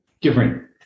different